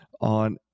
on